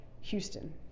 Houston